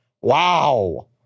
Wow